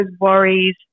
worries